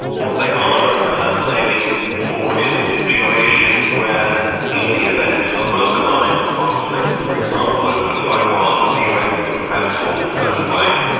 what they are perhaps aiming for is a situation where in the event of a localised like conflict, for example over taiwan, that the us couldn't have it all its own way,